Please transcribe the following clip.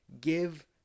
Give